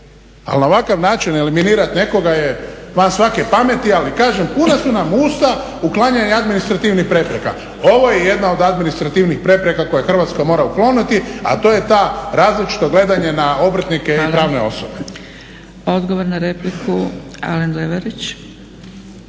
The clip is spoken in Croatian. Ali na ovakav način eliminirati nekoga je van svake pameti, ali kažem puna su nam usta uklanjanja administrativnih prepreka. Ovo je jedna od administrativnih prepreka koje Hrvatska mora ukloniti, a to je ta različito gledanje na obrtnike i pravne osobe.